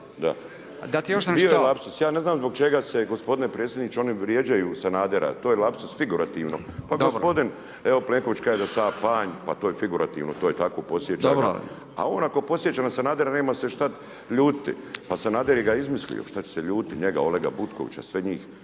…/Upadica: 238. šta?/… bio je lapsuz, ja ne znam zbog čega se gospodine predsjedniče oni vrijeđaju Sanadera to je lapsuz figurativno. Pa gospodin evo Plenković kaže da sam ja panj pa to je figurativno, to je tako podsjećam ga …/Upadica: Dobro./… a on ako podsjeća na Sanadera nema se šta ljutiti pa Sanader ga je izmislio šta će se ljutiti njega Olega Butkovića sve njih,